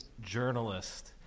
journalist